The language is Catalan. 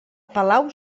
palau